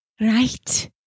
Right